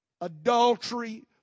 adultery